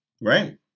Right